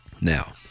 Now